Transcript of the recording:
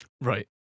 Right